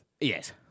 Yes